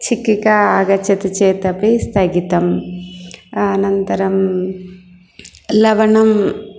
छिक्किका आगच्छति चेत् अपि स्थगितम् आनन्तरं लवणम्